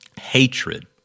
Hatred